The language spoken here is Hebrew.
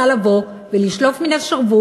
אני לא יכולה לבוא ולשלוף מן השרוול